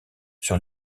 sur